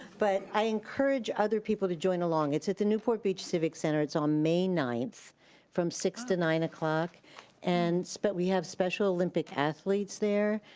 but i encourage other people to join along. it's at the newport beach civic center, it's on may ninth from six to nine o'clock and so but we have special olympic athletes there,